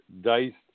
diced